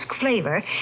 flavor